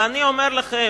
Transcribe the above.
ואני אומר לכם,